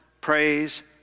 praise